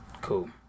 cool